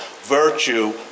Virtue